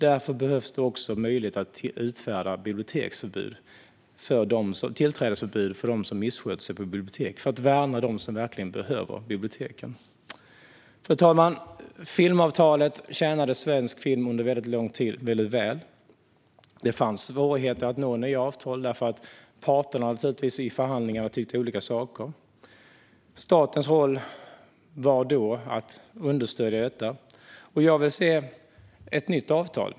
Därför behövs det möjlighet att utfärda tillträdesförbud för dem som missköter sig på bibliotek för att värna dem som verkligen behöver biblioteken. Fru talman! Filmavtalet tjänade svensk film väldigt väl under väldigt lång tid. Det fanns svårigheter att nå nya avtal eftersom parterna i förhandlingarna tyckte olika saker. Statens roll var då att understödja. Jag vill se ett nytt filmavtal.